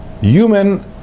human